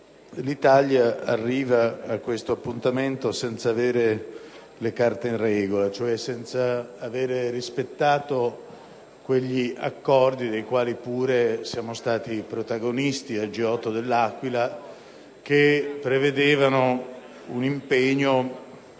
l'Italia arriva a questo appuntamento senza avere le carte in regola, senza aver cioè rispettato quegli accordi, dei quali pure siamo stati protagonisti nel G8 dell'Aquila, che prevedevano un impegno